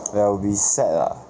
that I will be sad ah